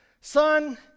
Son